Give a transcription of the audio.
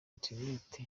internet